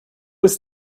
ist